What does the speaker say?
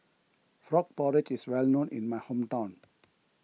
Frog Porridge is well known in my hometown